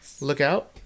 lookout